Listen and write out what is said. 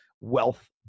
wealth